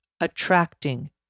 attracting